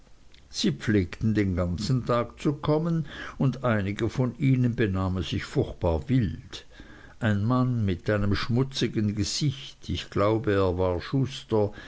sie pflegten den ganzen tag zu kommen und einige von ihnen benahmen sich furchtbar wild ein mann mit einem schmutzigen gesichte ich glaube er war schuster